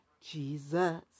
Jesus